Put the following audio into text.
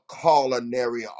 culinary